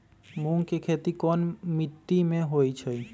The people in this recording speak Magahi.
मूँग के खेती कौन मीटी मे होईछ?